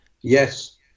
yes